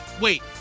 Wait